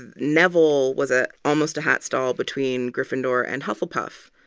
and neville was ah almost a hatstall between gryffindor and hufflepuff.